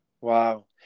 Wow